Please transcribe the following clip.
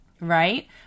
Right